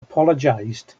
apologized